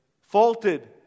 faulted